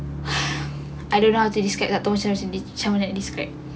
I don't know how to describe lah kalau macam ni macam mana nak describe